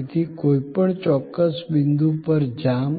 તેથી કોઈપણ ચોક્કસ બિંદુ પર જામ